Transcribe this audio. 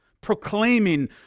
proclaiming